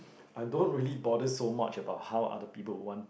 I don't really bother so much about how other people want